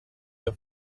your